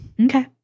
okay